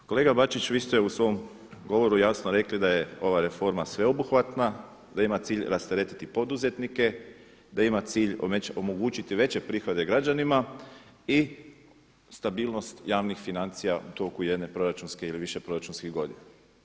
Kolega Bačić, vi ste u svom govoru jasno rekli da je ova reforma sveobuhvatna, da ima cilj rasteretiti poduzetnike, da ima cilj omogućiti veće prihode građanima i stabilnost javnih financija u toku jedne proračunske ili više proračunskih godina.